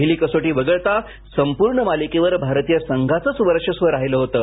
पहिली कसोटी वगळता संपूर्ण मालिकेवर भारतीय संघाचंच वर्चस्व राहिलं होतं